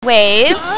wave